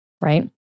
right